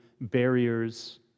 barriers